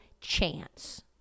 chance